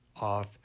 off